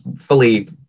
fully